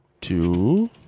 two